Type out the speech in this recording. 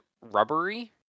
rubbery